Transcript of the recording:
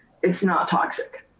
it's not toxic.